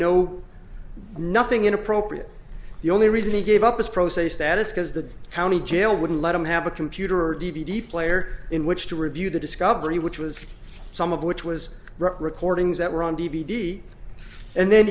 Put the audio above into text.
no nothing inappropriate the only reason he gave up his pro se status because the county jail wouldn't let him have a computer or d v d player in which to review the discovery which was some of which was recordings that were on d v d and then